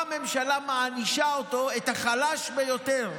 באה הממשלה, מענישה אותו, את החלש ביותר,